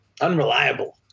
Unreliable